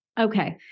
Okay